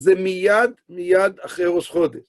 זה מיד מיד אחרי ראש חודש.